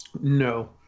no